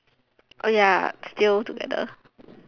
orh ya still together